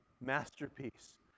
masterpiece